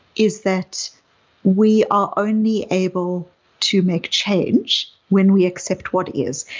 is that we are only able to make change when we accept what is.